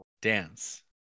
dance